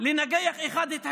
לנגח אחד את השני.